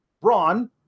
Braun